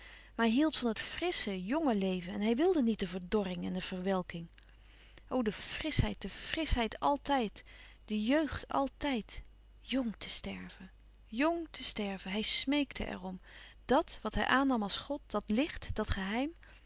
maar hij hield van het frssche jnge leven en hij wilde niet de verdorring en de verwelking o de frischheid de frischheid altijd de jeugd altijd jng te sterven jng te sterven hij smeekte er om dat wat hij aannam als god dat licht dat geheim